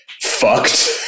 fucked